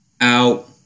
out